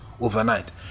overnight